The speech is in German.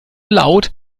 laut